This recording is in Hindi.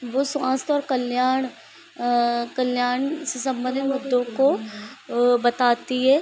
वह स्वास्थ्य और कल्याण कल्याण से संबंधित मुद्दों को ओ बताती है